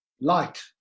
Light